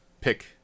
pick